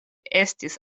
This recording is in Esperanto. estis